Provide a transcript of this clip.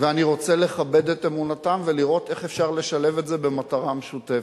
ואני רוצה לכבד את אמונתם ולראות איך אפשר לשלב את זה במטרה משותפת.